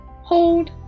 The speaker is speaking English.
hold